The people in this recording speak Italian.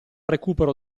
recupero